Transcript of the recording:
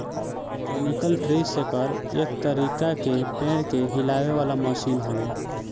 mechanical tree shaker एक तरीका के पेड़ के हिलावे वाला मशीन हवे